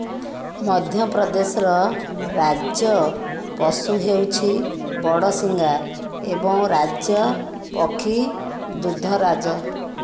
ମଧ୍ୟପ୍ରଦେଶର ରାଜ୍ୟ ପଶୁ ହେଉଛି ବଡ଼ଶିଙ୍ଗା ଏବଂ ରାଜ୍ୟ ପକ୍ଷୀ ଦୁଧରାଜ